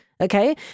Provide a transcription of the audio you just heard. Okay